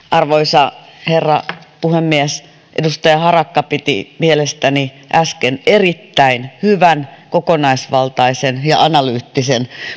arvoisa herra puhemies edustaja harakka piti mielestäni äsken erittäin hyvän kokonaisvaltaisen ja analyyttisen